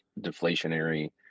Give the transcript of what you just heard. deflationary